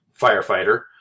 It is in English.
firefighter